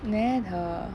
there the